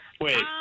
Wait